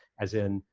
as in,